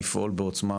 לפעול בעוצמה,